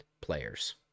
players